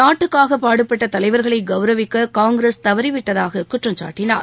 நாட்டுக்காக பாடுபட்ட தலைவர்களை கவுரவிக்க காங்கிரஸ் தவறிவிட்டதாகக் குற்றம்சாட்டினார்